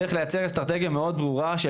צריך לייצר אסטרטגיה מאוד ברורה של